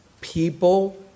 People